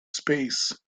space